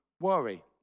worry